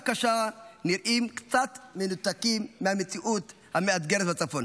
קשה נראים קצת מנותקים מהמציאות המאתגרת בצפון.